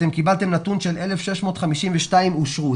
אתם קיבלתם נתון של 1,652 אושרו.